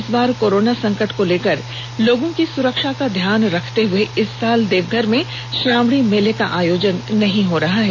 इस बार कोरोना संकट को लेकर लोगों की सुरक्षा का ध्यान रखते हुए इस साल देवघर में श्रावणी मेले का आयोजन नहीं हो रहा है